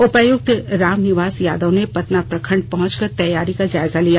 उपायुक्त रामनिवास यादव ने पतना प्रखंड पहुंच कर तैयारी का जायजा लिया